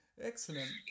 excellent